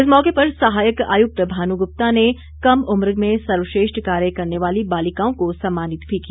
इस मौके पर सहायक आयुक्त भानु गुप्ता ने कम उम्र में सर्वश्रेष्ठ कार्य करने वाली बालिकाओं को सम्मानित भी किया